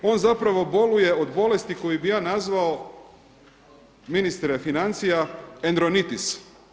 On zapravo boluje od bolesti koju bih ja nazvao ministre financija endronitis.